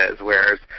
whereas